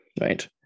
right